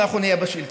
ואנחנו נהיה בשלטון,